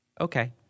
Okay